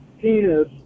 penis